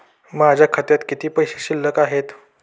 माझ्या खात्यात किती पैसे शिल्लक आहेत?